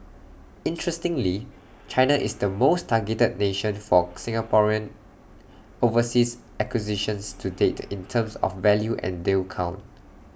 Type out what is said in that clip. interestingly China is the most targeted nation for Singaporean overseas acquisitions to date in terms of value and deal count